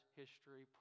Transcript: history